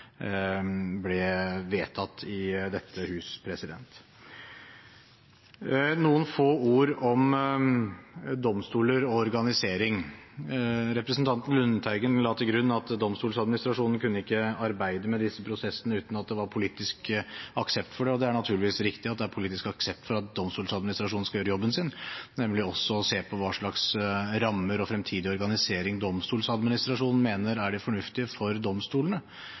vedtatt i dette hus. Så noen få ord om domstoler og organisering. Representanten Lundteigen la til grunn at Domstoladministrasjonen ikke kunne arbeide med disse prosessene uten at det var politisk aksept for det. Det er naturligvis riktig at det er politisk aksept for at Domstoladministrasjonen skal gjøre jobben sin, nemlig å se på hva slags rammer og fremtidig organisering Domstoladministrasjonen mener er det fornuftige for domstolene.